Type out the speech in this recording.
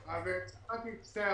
הזכרתי את שתי ההערות: